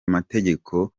amategeko